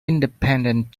independent